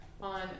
on